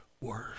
worse